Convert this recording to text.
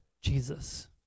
Jesus